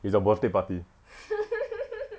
is your birthday party